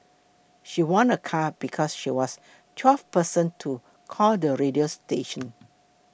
she won a car because she was twelfth person to call the radio station